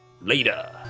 later